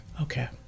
Okay